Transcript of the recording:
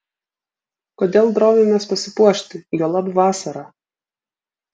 kodėl drovimės pasipuošti juolab vasarą